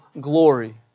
glory